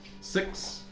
six